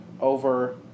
over